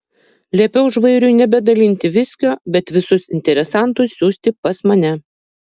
liepiau žvairiui nebedalinti viskio bet visus interesantus siųsti pas mane